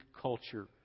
culture